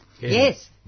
Yes